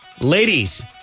ladies